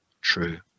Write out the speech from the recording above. True